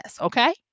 okay